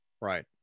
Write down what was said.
Right